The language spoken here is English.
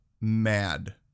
Mad